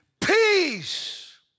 peace